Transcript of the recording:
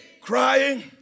Crying